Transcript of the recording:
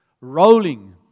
rolling